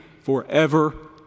forever